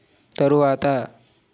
తరువాత